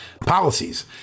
policies